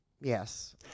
Yes